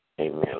Amen